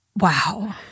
Wow